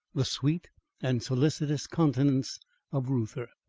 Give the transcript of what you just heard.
the sweet and solicitous countenance of reuther.